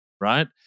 right